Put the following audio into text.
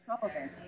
Sullivan